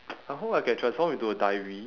I hope I can transform into a diary